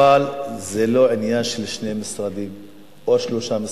אבל זה לא עניין של שני משרדים או שלושה משרדים.